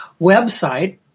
website